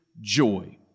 joy